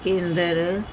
ਕੇਂਦਰ